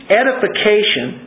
edification